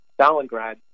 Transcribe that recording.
Stalingrad